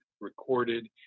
recorded